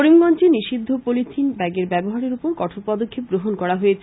করিমগঞ্জে নিষিদ্ধ পলিথিন ব্যাগের ব্যাবহারের ওপর কঠোর পদক্ষেপ গ্রহণ করা হয়েছে